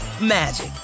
magic